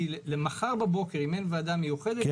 כי מחר בבוקר אם אין ועדה מיוחדת -- אתה